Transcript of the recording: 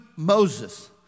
Moses